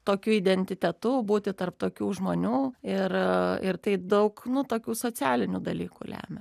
tokiu identitetu būti tarp tokių žmonių ir ir tai daug nu tokių socialinių dalykų lemia